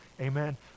Amen